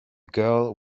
girl